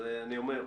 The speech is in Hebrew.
אז אני אומר: